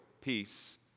peace